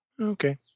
Okay